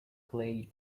clay